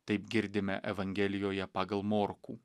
taip girdime evangelijoje pagal morkų